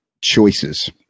choices